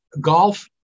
Golf